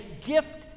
gift